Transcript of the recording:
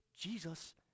Jesus